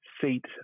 seat